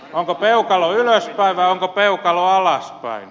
onko peukalo ylöspäin vai onko peukalo alaspäin